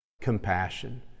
compassion